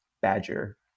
Badger